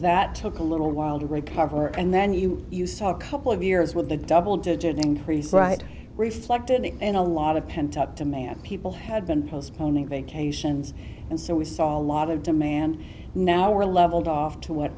that took a little while to recover and then you you saw a couple of years with a double digit increase right reflected in a lot of pent up demand people had been postponing vacations and so we saw a lot of demand now we're leveled off to what